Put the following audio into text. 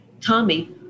Tommy